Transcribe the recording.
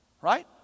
Right